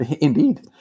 indeed